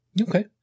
Okay